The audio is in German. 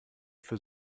für